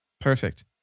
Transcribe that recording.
Perfect